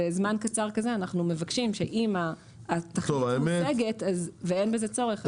בזמן קצר כזה אנחנו מבקשים שאם התכלית מושגת ואין בזה צורך,